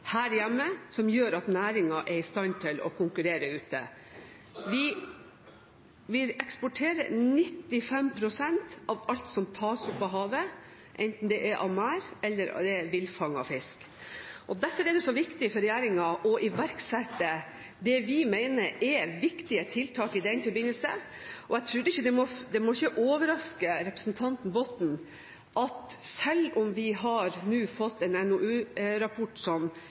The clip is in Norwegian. her hjemme som gjør at næringen er i stand til å konkurrere ute. Vi eksporterer 95 pst. av alt som tas opp av havet, enten det er fra merder eller villfanget fisk. Derfor er det så viktig for regjeringen å iverksette det vi mener er viktige tiltak i den forbindelse. Og det må ikke overraske representanten Botten at selv om vi nå har fått en NOU-rapport som